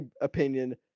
opinion